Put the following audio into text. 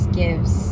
gives